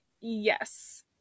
Yes